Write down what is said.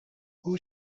who